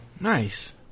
Nice